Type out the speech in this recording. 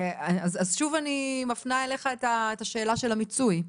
אז שוב, אני מפנה אליך את השאלה של המצוי.